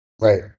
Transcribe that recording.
Right